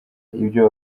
ibyo